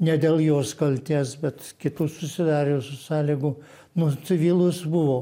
ne dėl jos kaltės bet kitų susidariusių sąlygų nusivylus buvo